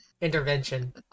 intervention